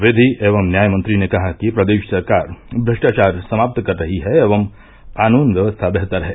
विधि एवं न्याय मंत्री न कहा कि प्रदेश सरकार भ्रष्टाचार समाप्त कर रही है एवं कानून व्यवस्था बेहतर है